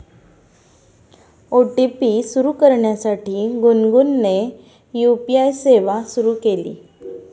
OTP सुरू करण्यासाठी गुनगुनने यू.पी.आय सेवा सुरू केली